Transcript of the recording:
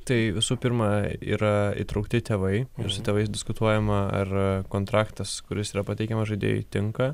tai visų pirma yra įtraukti tėvai ir su tėvais diskutuojama ar kontraktas kuris yra pateikiamas žaidėjui tinka